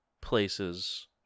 places